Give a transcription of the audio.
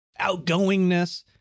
outgoingness